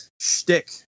shtick